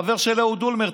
הוא חבר של אהוד אולמרט,